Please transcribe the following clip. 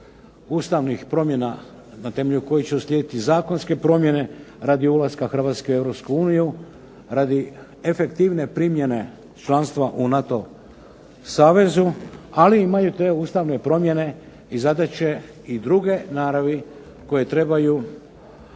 ustavnih promjena na temelju kojih će uslijediti zakonske promjene radi ulaska Hrvatske u Europsku uniju, radi efektivne primjene članstva u NATO savezu, ali imaju te ustavne promjene i zadaće i druge naravi koje trebaju